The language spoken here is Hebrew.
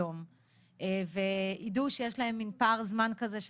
אז יש פה סעיף מאוד מאוד מדוקדק אבל